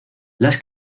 las